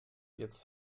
jetzt